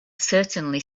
certainly